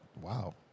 Wow